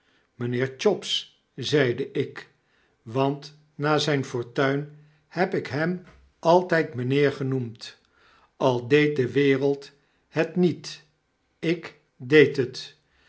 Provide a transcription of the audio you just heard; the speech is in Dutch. mynheer chops zeide ik want na zyn fortuin heb ik hem altyd mynheer genoerod al deed de wereld hetniet ik deed het